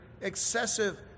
excessive